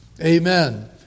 Amen